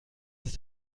ist